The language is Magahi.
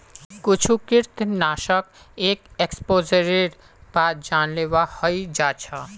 कुछु कृंतकनाशक एक एक्सपोजरेर बाद जानलेवा हय जा छ